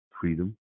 freedom